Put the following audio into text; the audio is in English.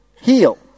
Heal